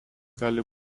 gali